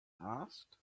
asked